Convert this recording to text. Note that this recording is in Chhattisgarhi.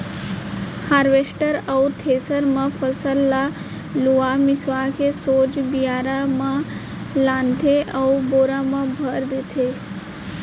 हारवेस्टर अउ थेसर म फसल ल लुवा मिसवा के सोझ बियारा म लानथे अउ बोरा म भर देथे